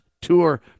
Tour